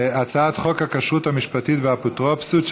הצעת חוק הכשרות המשפטית והאפוטרופסות,